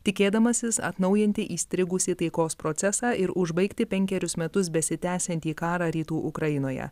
tikėdamasis atnaujinti įstrigusį taikos procesą ir užbaigti penkerius metus besitęsiantį karą rytų ukrainoje